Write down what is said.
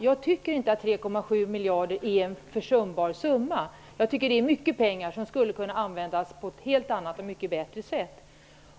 Jag tycker inte att 3,7 miljarder är ett försumbart belopp. Jag tycker att det är mycket pengar, som skulle kunna användas på ett helt annat och mycket bättre sätt.